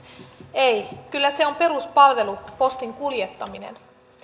ei kyllä se on peruspalvelu postin kuljettaminen